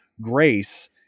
grace